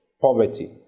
poverty